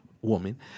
woman